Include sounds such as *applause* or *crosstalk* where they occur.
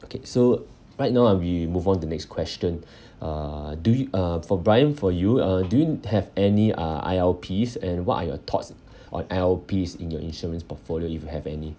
okay so right now uh we move on to next question *breath* uh do you uh for brian for you uh do you have any uh I_L_Ps and what are your thoughts on I_L_Ps in your insurance portfolio if you have any